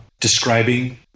describing